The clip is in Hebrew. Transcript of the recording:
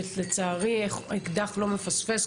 ולצערי אקדח לא מפספס,